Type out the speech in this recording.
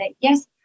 yes